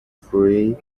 free